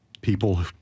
people